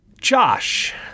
Josh